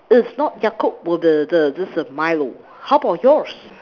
it is not Yakult will the the this err Milo how about yours